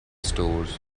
stores